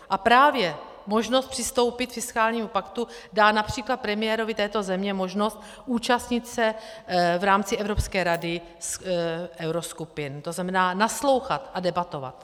A právě možnost přistoupit k fiskálnímu paktu dá například premiérovi této země možnost účastnit se v rámci Evropské rady euroskupin, to znamená naslouchat a debatovat.